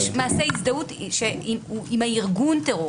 יש מעשי הזדהות עם ארגון הטרור.